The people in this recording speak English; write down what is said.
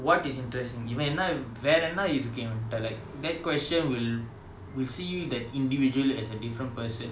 what is இவன் என்ன வேற என்ன:ivan enna vera enna that question will will see you that individual as a different person